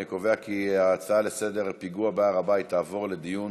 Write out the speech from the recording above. אני קובע כי ההצעה לסדר-היום בנושא הפיגוע בהר הבית תעבור לדיון